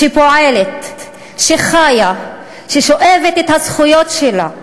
שפועלת, שחיה, ששואבת את הזכויות שלה,